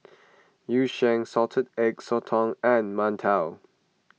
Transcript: Yu Sheng Salted Egg Sotong and Mantou